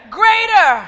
greater